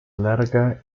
larga